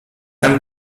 tam